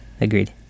agreed